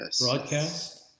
broadcast